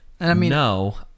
No